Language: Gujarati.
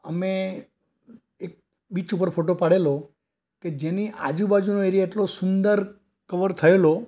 અમે એક બીચ ઉપર ફોટો પાડેલો કે જેની આજુબાજુનો એરિયા એટલો સુંદર કવર થયેલો